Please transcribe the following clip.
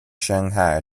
shanghai